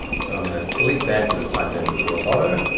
so i'm gonna delete that and just type in rebotto.